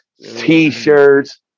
T-shirts